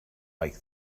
like